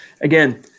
Again